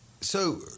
So-